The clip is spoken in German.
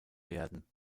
werden